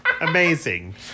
Amazing